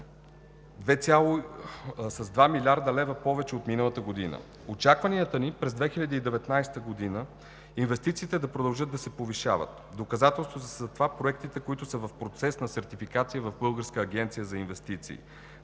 с 2 млрд. повече от миналата година. Очакванията ни през 2019 г. са инвестициите да продължат да се повишават. Доказателство за това са проектите, които са в процес на сертификация в Българската агенция за инвестиции.